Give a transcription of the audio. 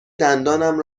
دندانم